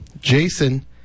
Jason